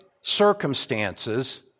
circumstances